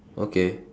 okay